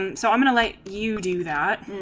and so um and like you do that